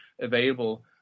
available